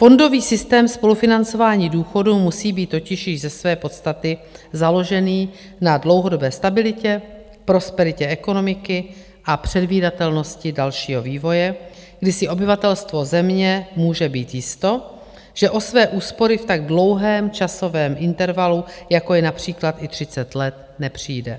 Fondový systém spolufinancování důchodů musí být totiž již ze své podstaty založený na dlouhodobé stabilitě, prosperitě ekonomiky a předvídatelnosti dalšího vývoje, kdy si obyvatelstvo země může být jisto, že o své úspory v tak dlouhém časovém intervalu, jako je například i 30 let, nepřijde.